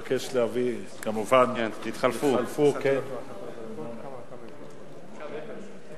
אדוני היושב-ראש, חברות הכנסת, חברי הכנסת, אני